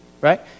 Right